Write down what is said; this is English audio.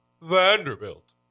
Vanderbilt